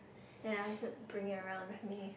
and I should bring around with me